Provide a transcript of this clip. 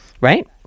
Right